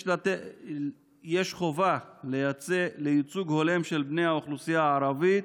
יש חובה לייצוג הולם של בני האוכלוסייה הערבית